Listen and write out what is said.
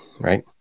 right